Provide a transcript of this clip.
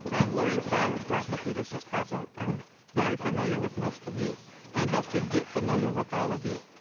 i'm loreen pryor with black youth leadership project, i'm very familiar with most of you and hope to get familiar with all of you,